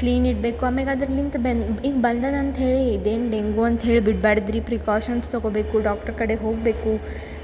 clean ಇಡಬೇಕು ಆಮೇಗೆ ಅದ್ರಲಿಂತ್ ಬೆನ್ ಈಗ ಬಂದಾದೆ ಅಂತೇಳಿ ಇದೇನು ಡೆಂಗೂ ಅಂತೇಳಿ ಬಿಡ್ಬಾರ್ದು ರೀ ಪ್ರಿಕಾಷನ್ಸ್ ತಗೋಬೇಕು ಡಾಕ್ಟರ್ ಕಡೆ ಹೋಗಬೇಕು